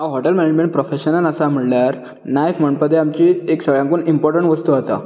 हांव hotel management प्रोफेशनान आसा म्हणल्यार नायफ म्हणटा ती आमची एक सगळ्यांकून इम्पॉर्टन्ट वस्तू आसा